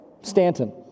Stanton